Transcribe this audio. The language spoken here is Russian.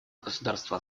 государство